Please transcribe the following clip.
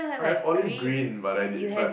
I have olive green but I di~ but